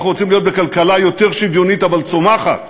אנחנו רוצים להיות בכלכלה יותר שוויוניות אבל צומחת,